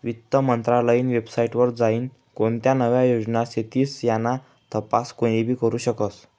वित्त मंत्रालयनी वेबसाईट वर जाईन कोणत्या नव्या योजना शेतीस याना तपास कोनीबी करु शकस